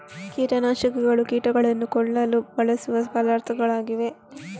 ಕೀಟ ನಾಶಕಗಳು ಕೀಟಗಳನ್ನು ಕೊಲ್ಲಲು ಬಳಸುವ ಪದಾರ್ಥಗಳಾಗಿವೆ